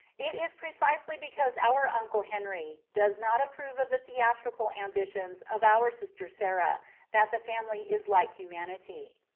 it is precisely because our uncle henry does not approve of the theatrical ambitions of our sister sarah that the family is like humanity.